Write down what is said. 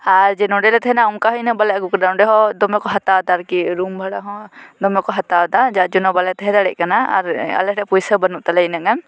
ᱟᱨ ᱡᱮ ᱱᱚᱸᱰᱮ ᱞᱮ ᱛᱟᱦᱮᱸᱱᱟ ᱚᱱᱠᱟ ᱦᱚᱸ ᱤᱱᱟᱹᱜ ᱵᱟᱞᱮ ᱟᱹᱜᱩᱣᱟᱠᱟᱫᱟ ᱚᱸᱰᱮ ᱦᱚᱸ ᱫᱚᱢᱮ ᱠᱚ ᱦᱟᱛᱟᱣ ᱮᱫᱟ ᱟᱨᱠᱤ ᱨᱩᱢ ᱵᱷᱟᱲᱟ ᱦᱚᱸ ᱫᱚᱢᱮ ᱠᱚ ᱦᱟᱛᱟᱣᱮᱫᱟ ᱡᱟᱨ ᱡᱚᱱᱱᱚ ᱵᱟᱞᱮ ᱛᱟᱦᱮᱸ ᱫᱟᱲᱮᱭᱟᱜ ᱠᱟᱱᱟ ᱟᱨ ᱟᱞᱮ ᱴᱷᱮᱱ ᱯᱚᱭᱥᱟ ᱵᱟᱹᱱᱩᱜ ᱛᱟᱞᱮᱭᱟ ᱤᱱᱟᱹᱜ ᱜᱟᱱ